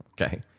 Okay